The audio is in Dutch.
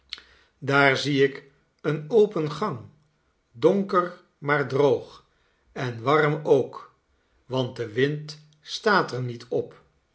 daar zie ik een open gang donker maar droog en warm ook want de wind staat er niet op